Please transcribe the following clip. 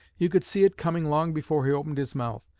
you could see it coming long before he opened his mouth,